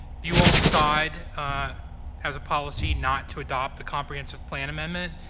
if you all decide as a policy not to adopt the comprehensive plan amendment,